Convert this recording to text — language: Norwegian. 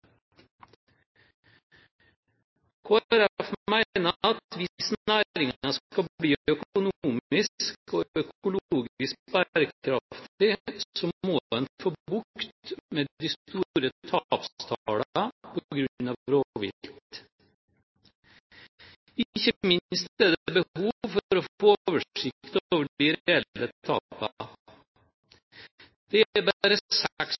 at hvis næringen skal bli økonomisk og økologisk bærekraftig, må en få bukt med de store tapstallene på grunn av rovvilt. Ikke minst er det behov for å få oversikt over de reelle tapene. Det er bare 6 pst. av tapene som er